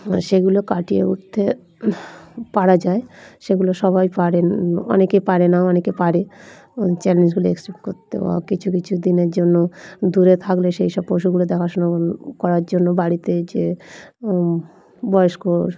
সেগুলো কাটিয়ে উঠতে পারা যায় সেগুলো সবাই পারে অনেকে পারে না অনেকে পারে চ্যালেঞ্জগুলো অ্যাকসেপ্ট করতে বা কিছু কিছু দিনের জন্য দূরে থাকলে সেই সব পশুগুলো দেখাশুনা করার জন্য বাড়িতে যে বয়স্ক